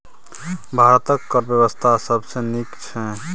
भारतक कर बेबस्था सबसँ नीक छै